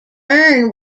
bern